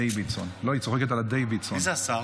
מי השר?